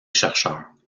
chercheurs